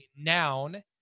noun